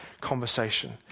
conversation